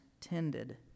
tended